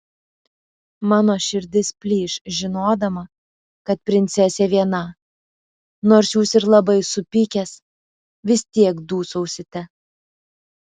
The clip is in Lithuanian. mano širdis plyš žinodama kad princesė viena nors jūs ir labai supykęs vis tiek dūsausite